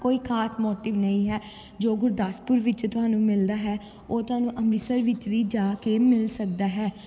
ਕੋਈ ਖਾਸ ਮੋਟਿਵ ਨਹੀਂ ਹੈ ਜੋ ਗੁਰਦਾਸਪੁਰ ਵਿੱਚ ਤੁਹਾਨੂੰ ਮਿਲਦਾ ਹੈ ਉਹ ਤੁਹਾਨੂੰ ਅੰਮ੍ਰਿਤਸਰ ਵਿੱਚ ਵੀ ਜਾ ਕੇ ਮਿਲ ਸਕਦਾ ਹੈ